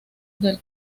del